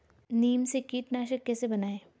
नीम से कीटनाशक कैसे बनाएं?